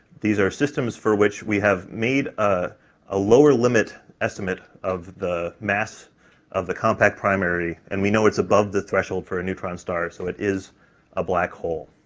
these are systems for which we have made ah a lower limit estimate of the mass of the compact primary, and we know it's above the threshold for a neutron star, so it is a black hole.